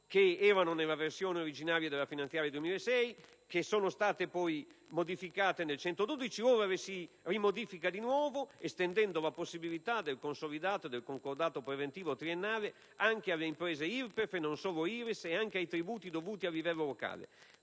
che erano nella versione originaria della legge finanziaria 2006, poi modificate nel decreto-legge n. 112 che ora si modifica di nuovo, estendendo così la possibilità del consolidato e del concordato preventivo triennale anche alle imprese IRPEF e non solo IRES e anche ai tributi dovuti a livello locale;